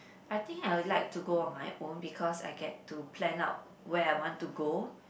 I think I would like to go on my own because I get to plan out where I want to go